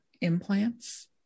implants